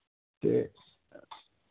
ते